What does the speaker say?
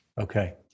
okay